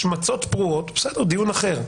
השמצות פרועות, זה בסדר, זה דיון אחר,